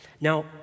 Now